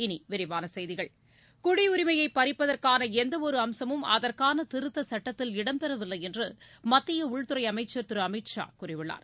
இனி விரிவான செய்திகள் குடியுரிமையை பறிப்பதற்கான எந்த ஒரு அம்சமும் அதற்கான திருத்த சுட்டத்தில் இடம் பெறவில்லை என்று மத்திய உள்துறை அமைச்சர் திரு அமித் ஷா கூறியுள்ளார்